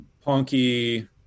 punky